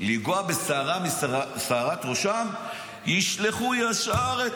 לפגוע בשערה משערות ראשם, ישלחו ישר את